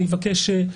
כן.